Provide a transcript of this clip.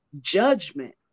judgment